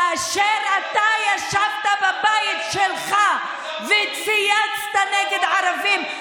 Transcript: כאשר אתה ישבת בבית שלך וצייצת נגד ערבים,